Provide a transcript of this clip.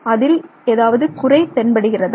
அதில் ஏதாவது குறை தென்படுகிறதா